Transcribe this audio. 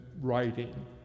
writing